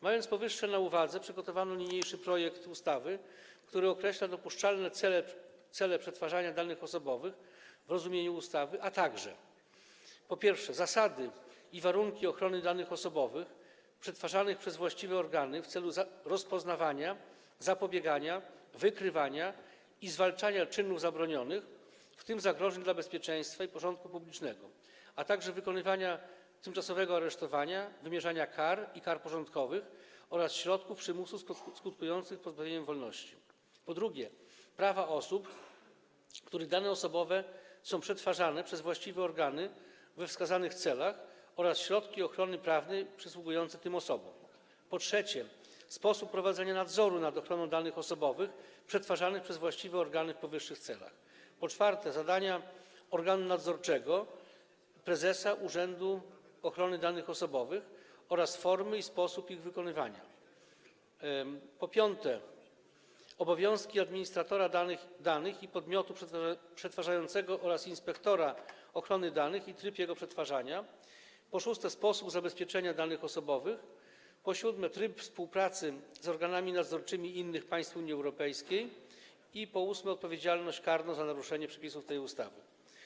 Mając powyższe na uwadze, przygotowano niniejszy projekt ustawy, który określa dopuszczalne cele przetwarzania danych osobowych w rozumieniu ustawy, a także: po pierwsze, zasady i warunki ochrony danych osobowych przetwarzanych przez właściwe organy w celu rozpoznawania, zapobiegania, wykrywania i zwalczania czynów zabronionych, w tym zagrożeń dla bezpieczeństwa i porządku publicznego, a także wykonywania tymczasowego aresztowania, wymierzania kar i kar porządkowych oraz środków przymusu skutkujących pozbawieniem wolności; po drugie, prawa osób, których dane osobowe są przetwarzane przez właściwe organy we wskazanych celach, oraz środki ochrony prawnej przysługujące tym osobom; po trzecie, sposób prowadzenia nadzoru nad ochroną danych osobowych przetwarzanych przez właściwe organy w powyższych celach; po czwarte, zadania organu nadzorczego - prezesa Urzędu Ochrony Danych Osobowych - oraz formy i sposób ich wykonywania; po piąte, obowiązki administratora danych i podmiotu przetwarzającego oraz inspektora ochrony danych i tryb jego wyznaczania; po szóste, sposób zabezpieczenia danych osobowych; po siódme, tryb współpracy z organami nadzorczymi innych państw Unii Europejskiej; po ósme, odpowiedzialność karną za naruszenie przepisów tej ustawy.